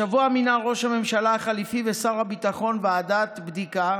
השבוע מינה ראש הממשלה החליפי ושר הביטחון ועדת בדיקה